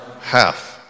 Half